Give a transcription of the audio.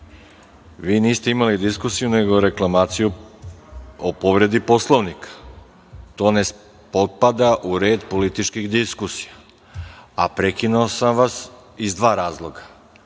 vi niste imali diskusiju, nego reklamaciju o povredi Poslovnika. To ne potpada u red političkih diskusija, a prekinuo sam vas iz dva razloga.